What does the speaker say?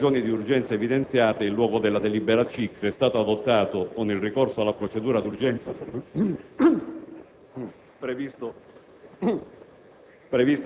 per le ragioni di urgenza evidenziate, in luogo della delibera CICR, è stato adottato, con il ricorso alla procedura d'urgenza previsto